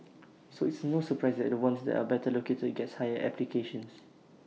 so it's no surprise the ones that are better located gets higher applications